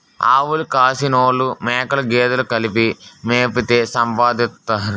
ఆవులు కాసినోలు మేకలు గేదెలు కలిపి మేపితే సంపదోత్తది